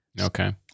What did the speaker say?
Okay